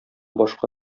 башка